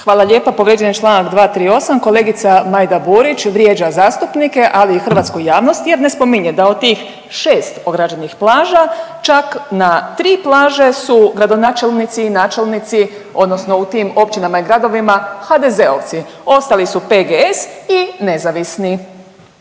Hvala lijepo. Povrijeđen je Članak 238., kolegica Majda Burić vrijeđa zastupnike ali i hrvatsku javnost jer ne spominje da od tih 6 ograđenih plaža čak na 3 plaže su gradonačelnici i načelnici odnosno u tim općinama i gradovima HDZ-ovci, ostali su PGS i nezavisni.